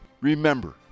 Remember